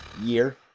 year